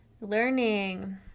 Learning